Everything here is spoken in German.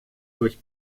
durch